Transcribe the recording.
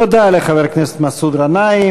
תודה לחבר הכנסת מסעוד גנאים.